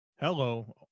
Hello